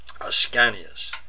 ascanius